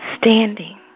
standing